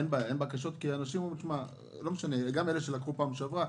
אין בקשות כי אנשים אומרים גם אלה שלקחו פעם שעברה.